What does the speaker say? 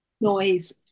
noise